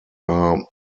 are